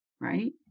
right